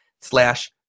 slash